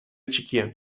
txikian